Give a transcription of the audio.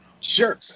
Sure